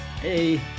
Hey